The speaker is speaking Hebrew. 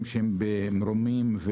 שהם במרומים,